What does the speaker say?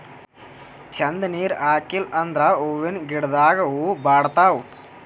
ಛಂದ್ ನೀರ್ ಹಾಕಿಲ್ ಅಂದ್ರ ಹೂವಿನ ಗಿಡದಾಗ್ ಹೂವ ಬಾಡ್ತಾವ್